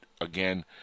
Again